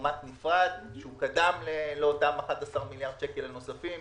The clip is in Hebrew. פורמט נפרד שקדם לאותם 11 מיליארד שקל נוספים.